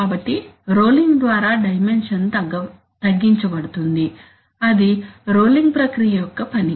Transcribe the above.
కాబట్టి రోలింగ్ ద్వారా డైమెన్షన్ తగ్గించబడుతుంది అది రోలింగ్ ప్రక్రియ యొక్క పని